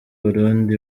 burundi